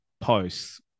posts